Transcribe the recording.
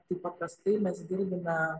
tai paprastai mes girdime